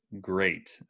great